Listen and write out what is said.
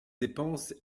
dépenses